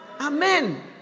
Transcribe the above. amen